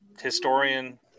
historian